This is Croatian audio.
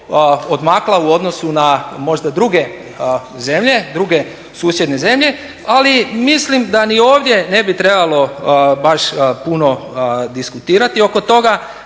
odmakla u odnosu na možda druge zemlje, druge susjedne zemlje, ali mislim da ni ovdje ne bi trebalo baš puno diskutirati oko toga.